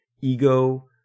ego